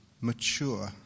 mature